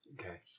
Okay